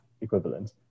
equivalent